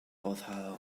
foddhaol